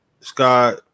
Scott